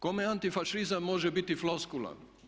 Kome antifašizam može biti floskula?